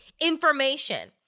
information